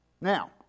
Now